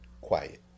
quiet